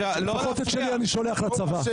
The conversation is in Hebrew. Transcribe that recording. לפחות את הילדים שלי אני שולח לצבא.